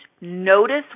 notice